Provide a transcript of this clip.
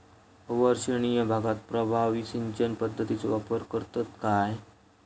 अवर्षणिय भागात प्रभावी सिंचन पद्धतीचो वापर करतत काय?